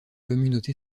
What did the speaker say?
communauté